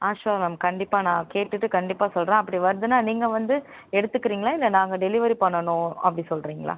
ஆ sure ma'am கண்டிப்பாக நான் கேட்டுவிட்டு கண்டிப்பாக சொல்லுறேன் அப்படி வருதுன்னா நீங்கள் வந்து எடுத்துக்கிறீங்களா இல்லை நாங்கள் டெலிவரி பண்ணனும் அப்படி சொல்றீங்களா